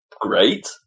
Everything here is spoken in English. great